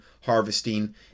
harvesting